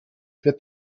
wird